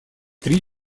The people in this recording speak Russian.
три